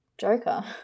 Joker